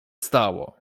stało